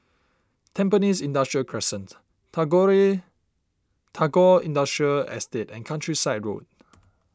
Tampines Industrial Crescent Tagore Industrial Estate and Countryside Road